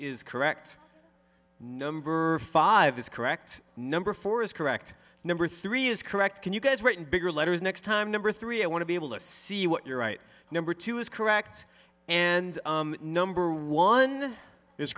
is correct number five is correct number four is correct number three is correct can you get written bigger letters next time number three i want to be able to see what you're right number two is correct and number one i